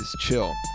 chill